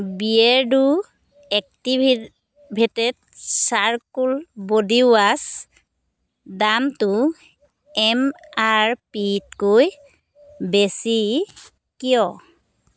বিয়েৰ্ডো activated charcoal body wash দামটো M R P তকৈ বেছি কিয়